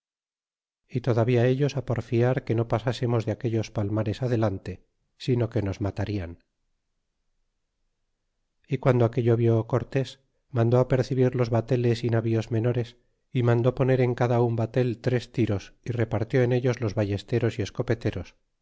y todavía ellos á porfiar que no pasásemos de aquellos palmares adelante sino que nos matarian y guando aquello vió cortés mandó apercibir los bateles y navíos menores y mandó poner en cada un batel tres tiros y repartió en ellos los ballesteros y escopeteros